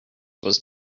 was